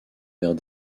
vers